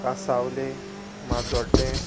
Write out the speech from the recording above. कासावले माजोड्डें